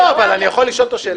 לא, אבל אני יכול לשאול אותו שאלה?